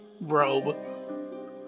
robe